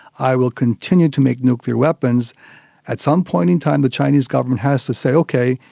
i will continue to make nuclear weapons at some point in time the chinese government has to say, okay,